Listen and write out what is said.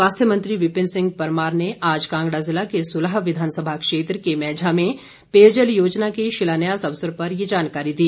स्वास्थ्य मंत्री विपिन सिंह परमार ने आज कांगड़ा जिला के सुलह विधानसभा क्षेत्र के मैंझा में पेयजल योजना के शिलान्यास अवसर पर ये जानकारी दी